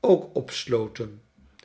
ook opsloten